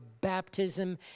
baptism